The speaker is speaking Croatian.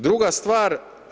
Druga stvar.